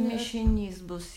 mišinys bus